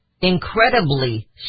incredibly